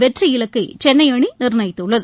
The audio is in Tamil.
வெற்றி இலக்கை சென்னை அணி நிர்ணயித்துள்ளது